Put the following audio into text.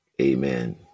Amen